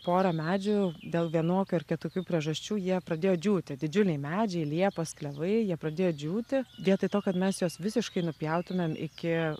pora medžių dėl vienokių ar kitokių priežasčių jie pradėjo džiūti didžiuliai medžiai liepos klevai jie pradėjo džiūti vietoj to kad mes juos visiškai nupjautumėm iki